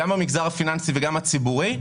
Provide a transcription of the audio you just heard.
גם מן המגזר הפיננסי וגם מן המגזר הציבורי,